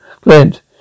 Clint